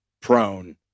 prone